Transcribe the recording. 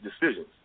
decisions